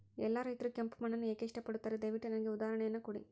ಎಲ್ಲಾ ರೈತರು ಕೆಂಪು ಮಣ್ಣನ್ನು ಏಕೆ ಇಷ್ಟಪಡುತ್ತಾರೆ ದಯವಿಟ್ಟು ನನಗೆ ಉದಾಹರಣೆಯನ್ನ ಕೊಡಿ?